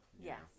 Yes